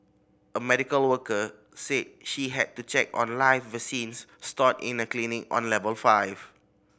a medical worker said she had to check on live vaccines stored in a clinic on level five